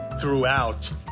throughout